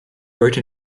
wrote